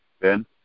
Ben